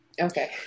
Okay